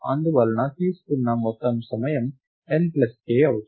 అందువలన తీసుకున్న మొత్తం సమయం n ప్లస్ k అవుతుంది